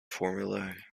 formulae